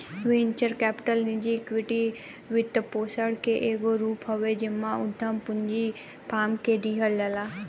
venture capital निजी equity वित्तपोषण के एगो रूप हवे जवन उधम पूंजी फार्म के दिहल जाला